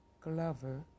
Glover